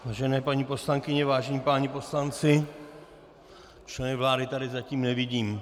Vážené paní poslankyně, vážení páni poslanci, členy vlády tady zatím nevidím.